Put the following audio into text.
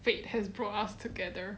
fate has brought us together